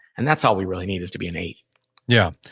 and that's all we really need, is to be an eight yeah.